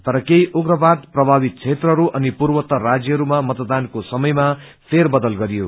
तर केही उग्रवाद प्रभावित क्षेत्रहरू अनि पूर्वोत्तर राज्यहरूमा मतदानको समयमा फेरबदल गरियो